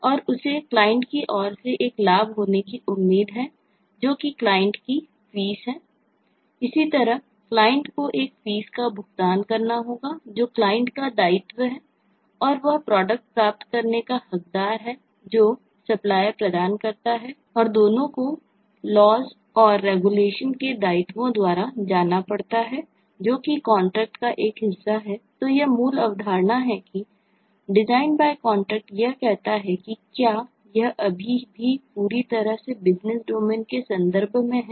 और उसे क्लाइंट के संदर्भ में है